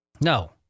No